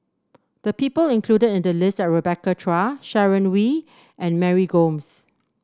the people included in the list are Rebecca Chua Sharon Wee and Mary Gomes